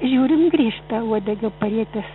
žiūrime grįžta uodegą parietęs